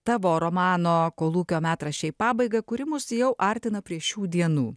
tavo romano kolūkio metraščiai pabaigą kuri mus jau artina prie šių dienų